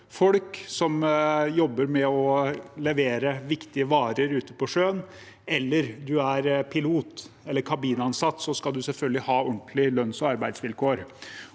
folk som jobber med å levere viktige varer ute på sjøen, eller er en pilot eller kabinansatt, skal man selvfølgelig ha ordentlige lønns- og arbeidsvilkår.